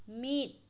ᱢᱤᱫ